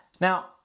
Now